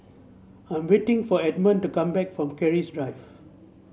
I am waiting for Edmon to come back from Keris Drive